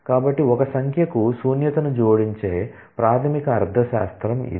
కాబట్టి ఒక సంఖ్యకు శూన్యతను జోడించే ప్రాథమిక అర్థశాస్త్రం ఇది